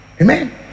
Amen